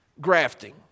Grafting